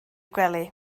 gwely